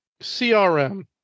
CRM